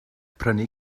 prynu